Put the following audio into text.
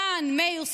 "כמובן, מאיר סוויסה,